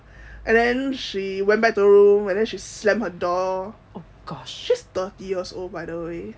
and then she went back to the room and then she slammed her door she's thirty years old by the way